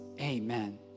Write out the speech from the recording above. Amen